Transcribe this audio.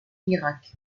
irak